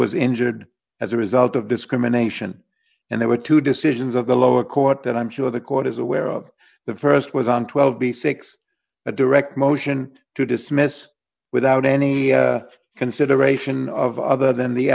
was injured as a result of discrimination and there were two decisions of the lower court that i'm sure the court is aware of the st was on twelve b six a direct motion to dismiss without any consideration of other than the